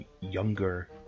younger